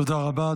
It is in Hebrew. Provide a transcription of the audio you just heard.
תודה רבה.